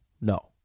no